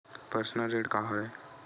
Personal ऋण का हरय?